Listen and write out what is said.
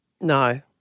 No